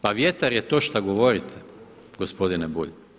Pa vjetar je to šta govorite gospodine Bulj.